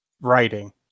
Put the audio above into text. writing